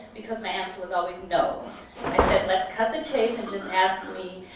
because my answer was always no. i said let's cut the chase and just ask me,